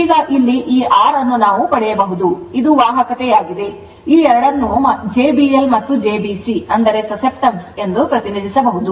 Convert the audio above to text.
ಈಗ ಇಲ್ಲಿ ಈ R ಅನ್ನು ನಾವು ಪಡೆಯಬಹುದು ಇದು ವಾಹಕತೆಯಾಗಿದೆ ಈ ಎರಡನ್ನು jBL ಮತ್ತು jBC ಅಂದರೆ susceptance ಎಂದು ಪ್ರತಿನಿಧಿಸಬಹುದು